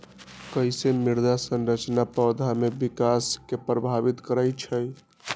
कईसे मृदा संरचना पौधा में विकास के प्रभावित करई छई?